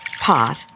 pot